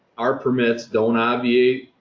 our permits don't obviate